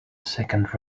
second